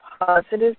positive